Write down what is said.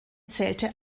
zählte